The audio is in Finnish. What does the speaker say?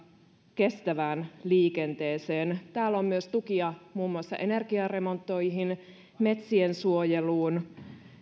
kestävään liikenteeseen täällä on myös tukia muun muassa energiaremontteihin metsiensuojeluun